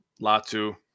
Latu